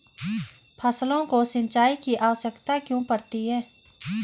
फसलों को सिंचाई की आवश्यकता क्यों पड़ती है?